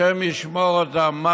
השם ישמור אותם.